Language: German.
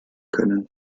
können